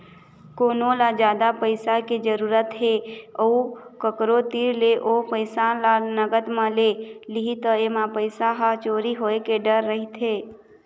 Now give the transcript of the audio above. कोनो ल जादा पइसा के जरूरत हे अउ कखरो तीर ले ओ पइसा ल नगद म ले लिही त एमा पइसा ह चोरी होए के डर रहिथे